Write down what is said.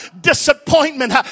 disappointment